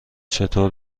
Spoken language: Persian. چطور